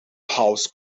house